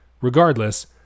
Regardless